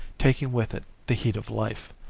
taking with it the heat of life.